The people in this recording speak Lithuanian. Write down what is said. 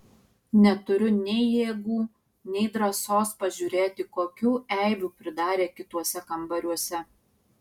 neturiu nei jėgų nei drąsos pažiūrėti kokių eibių pridarė kituose kambariuose